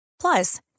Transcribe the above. Plus